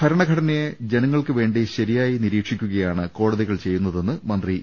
ഭരണഘടനയെ ജനങ്ങൾക്ക് വേണ്ടി ശരിയായി നിരീക്ഷിക്കുകയാണ് കോടതികൾ ചെയ്യുന്നതെന്ന് മന്ത്രി ഇ